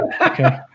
Okay